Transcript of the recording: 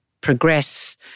progress